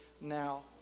now